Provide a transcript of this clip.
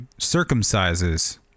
circumcises